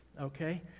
okay